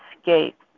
escaped